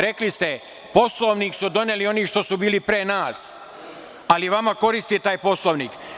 Rekli ste, Poslovnik su doneli oni što su bili pre nas, ali vama koristi taj Poslovnik.